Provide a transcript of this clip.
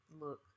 look